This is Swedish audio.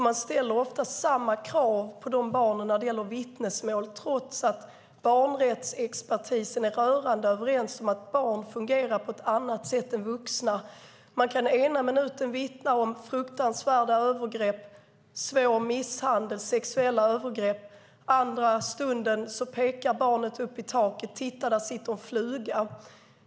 Man ställer nämligen ofta samma krav på de barnen när det gäller vittnesmål, trots att barnrättsexpertisen är rörande överens om att barn fungerar på ett annat sätt än vuxna. Ett barn kan ena minuten vittna om fruktansvärda övergrepp, svår misshandel och sexuella övergrepp. Andra minuten kan barnet peka upp i taket och säga: Titta, där sitter en fluga!